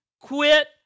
quit